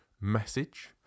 message